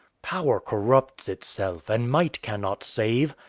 power corrupts itself, and might cannot save.